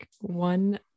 one